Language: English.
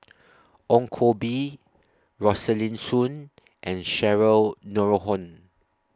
Ong Koh Bee Rosaline Soon and Cheryl Noronha